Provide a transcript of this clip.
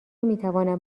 میتوانم